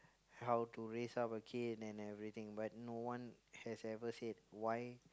how to raise up and kid and everything but no one has ever said why